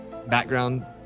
background